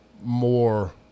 more